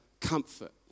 comfort